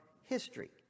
history